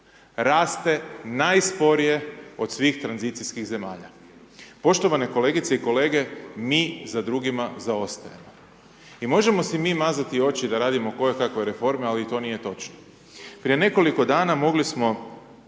raste najsporije od svih tranzicijskih zemalja. Poštovane kolegice i kolege, mi za drugima zaostajemo. I možemo si mi mazati oči da radimo kojekave reforme, ali to nije točno. Prije nekoliko dana, mogli smo